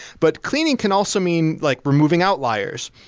but cleaning can also mean like removing outliers,